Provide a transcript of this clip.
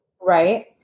right